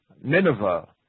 Nineveh